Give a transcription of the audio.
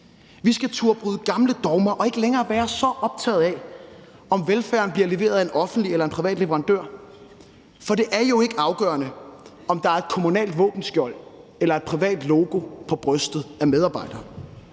Vi skal turde bryde gamle dogmer og ikke længere være så optaget af, om velfærden bliver leveret af en offentlig eller en privat leverandør, for det er jo ikke afgørende, om der er et kommunalt våbenskjold eller et privat logo på brystet af medarbejderne.